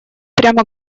прямо